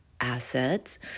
assets